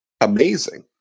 amazing